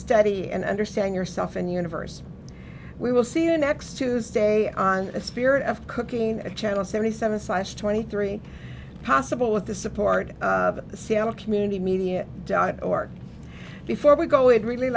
study and understand yourself and the universe we will see in next tuesday on a spirit of cooking channel seventy seven science twenty three possible with the support of the seattle community media dot org before we go it really